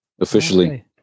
officially